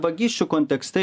vagysčių kontekste